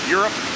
Europe